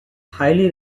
highly